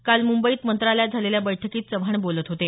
काल मुंबईत मंत्रालयात झालेल्या बैठकीत चव्हाण बोलत होते